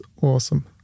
awesome